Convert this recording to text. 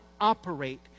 operate